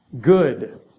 good